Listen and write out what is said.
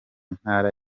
ntara